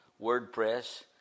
WordPress